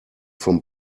vom